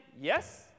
yes